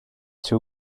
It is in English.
two